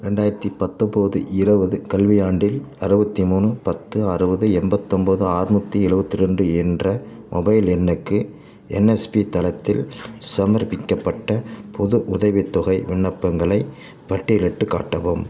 ரெண்டாயிரத்தி பத்தொம்போது இருபது கல்வியாண்டில் அறுபத்தி மூணு பத்து அறுபது எண்பத்தொம்போது ஆறுநூத்தி எழுவத்தி ரெண்டு என்ற மொபைல் எண்ணுக்கு என்எஸ்பி தளத்தில் சமர்ப்பிக்கப்பட்ட புது உதவித்தொகை விண்ணப்பங்களைப் பட்டியலிட்டுக் காட்டவும்